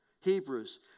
Hebrews